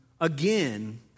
Again